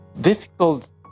difficult